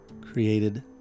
created